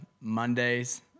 Mondays